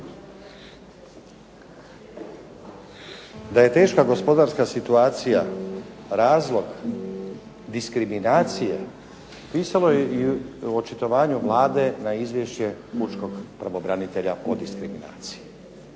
Da je teška gospodarska situacija razlog diskriminacije pisalo je i u očitovanju Vlade na izvješće PUčkog pravobranitelja o diskriminaciji.